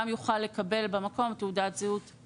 גם יוכל לקבל במקום תעודת זהות זמנית במקום ביומטרית.